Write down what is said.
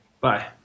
Bye